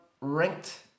Ranked